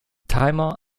timer